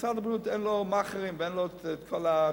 משרד הבריאות אין לו מאכערים ואין לו כל החברות,